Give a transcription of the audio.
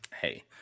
Hey